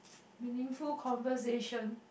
meaningful conversation